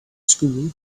school